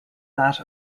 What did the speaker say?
that